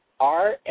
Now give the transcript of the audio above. -R